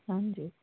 ਹਾਂਜੀ